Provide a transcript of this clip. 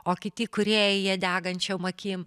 o kiti kūrėjai degančiom akim